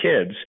kids